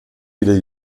wieder